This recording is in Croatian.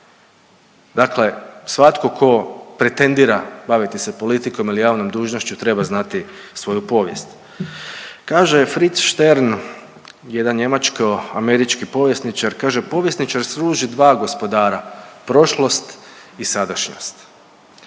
dakle svatko tko pretendira baviti se politikom ili javnom dužnošću treba znati svoju povijest. Kaže Fritz Stern jedan njemačko-američki povjesničar kaže „Povjesničar služi dva gospodara, prošlost i sadašnjost“,